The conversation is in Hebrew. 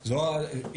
בבקשה.